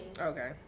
Okay